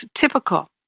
typical